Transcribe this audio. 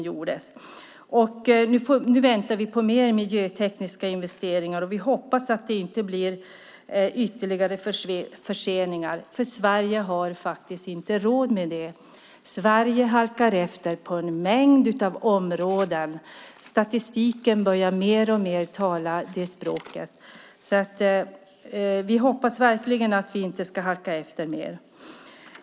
Vi väntar på fler miljötekniska investeringar. Vi hoppas att det inte blir ytterligare förseningar. Sverige har faktiskt inte råd med det. Sverige halkar efter på en mängd områden. Statistiken talar mer och mer för det. Vi hoppas verkligen att vi inte ska halka efter mer.